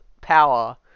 power